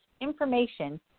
information